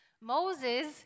Moses